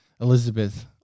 Elizabeth